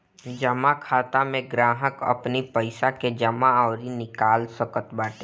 जमा खाता में ग्राहक अपनी पईसा के जमा अउरी निकाल सकत बाटे